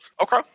Okay